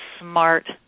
smart